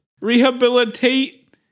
Rehabilitate